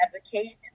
advocate